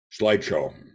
slideshow